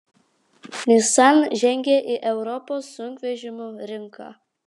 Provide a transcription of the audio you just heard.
nissan žengia į europos sunkvežimių rinką